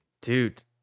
Dude